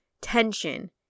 tension